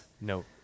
No